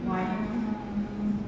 why